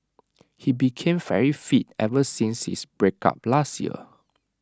he became very fit ever since his breakup last year